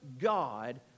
God